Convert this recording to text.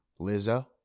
Lizzo